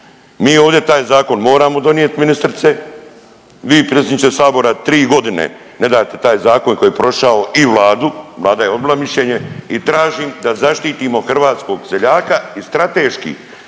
Mi ovdje taj zakon moramo donijet ministrice, vi predsjedniče sabora 3.g. ne date taj zakon koji je prošao i vladu, vlada je odbila mišljenje i tražim da zaštitimo hrvatskog seljaka i strateški